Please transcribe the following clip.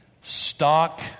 stock